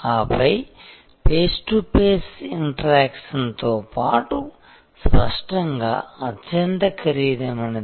ఆపై face to face interaction తో పాటు స్పష్టంగా అత్యంత ఖరీదైనది